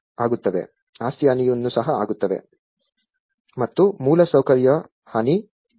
ಮತ್ತು ಮೂಲಸೌಕರ್ಯ ಹಾನಿ